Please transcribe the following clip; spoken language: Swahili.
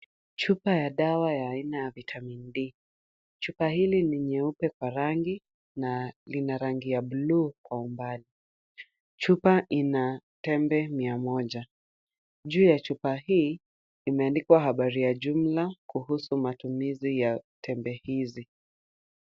Chupa ya dawa ya aina ya vitamin D . Chupa hili ni nyeupe kwa rangi na lina rangi ya blue kwa umbali. Chupa ina tembe mia moja. Juu ya chupa hii, imeandikwa habari ya jumla kuhusu matumizi ya tembe hizi.